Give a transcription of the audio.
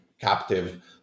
captive